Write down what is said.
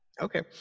Okay